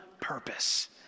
purpose